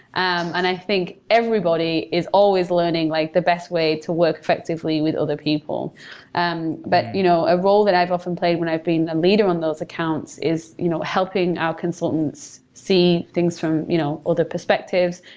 and i think everybody is always learning like the best way to work effectively with other people um but you know a role that i've often played when i've been a leaders on those accounts is you know helping our consultants see things from you know other perspectives.